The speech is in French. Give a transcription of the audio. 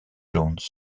jones